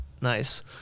Nice